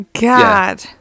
God